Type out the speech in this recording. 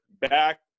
back